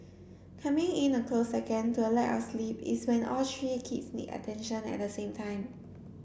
coming in a close second to lack of sleep is when all three kids need attention at the same time